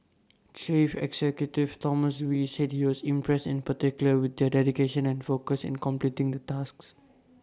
chief executive Thomas wee said he was impressed in particular with their dedication and focus in completing the tasks